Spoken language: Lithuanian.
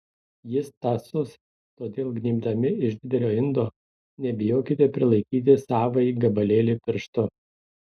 jis tąsus todėl gnybdami iš didelio indo nebijokite prilaikyti savąjį gabalėlį pirštu